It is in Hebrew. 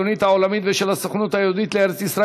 שבדרך כלל מדבר באמת בצורה רציונלית,